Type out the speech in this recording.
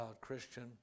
Christian